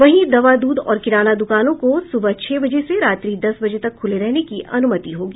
वहीं दवा दूध और किराना दुकानों को सुबह छह बजे से रात्रि दस बजे तक खुले रहने की अनुमति होगी